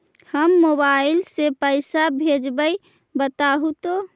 हम मोबाईल से पईसा भेजबई बताहु तो?